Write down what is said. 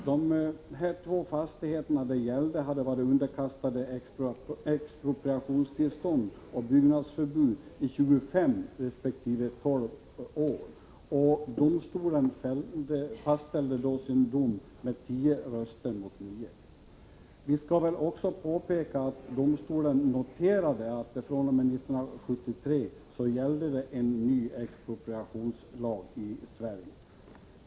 De två fastigheter det gällde hade varit underkastade expropriationstillstånd och byggnadsförbud i 25 resp. 12 år. Domstolen fastställde sin dom med tio röster mot nio. Vi skall väl också påpeka att domstolen noterade att fr.o.m. 1973 gällde en ny expropriationslag i Sverige.